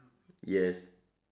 yes